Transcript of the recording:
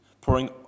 pouring